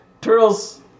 Turtles